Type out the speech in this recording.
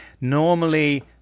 Normally